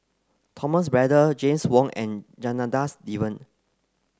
Thomas Braddell James Wong and Janadas Devan